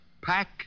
Pack